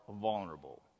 vulnerable